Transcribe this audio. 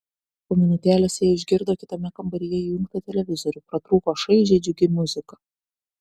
po minutėlės jie išgirdo kitame kambaryje įjungtą televizorių pratrūko šaižiai džiugi muzika